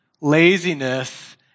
laziness